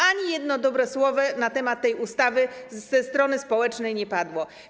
Ani jedno dobre słowo na temat tej ustawy ze strony społecznej nie padło.